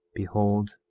behold,